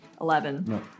Eleven